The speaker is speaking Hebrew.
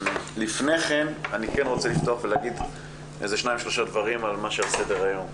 לפני כן אני רוצה לפתוח ולהגיד שניים-שלושה דברים על מה שעל סדר היום.